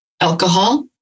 alcohol